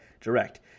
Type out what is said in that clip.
direct